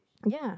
ya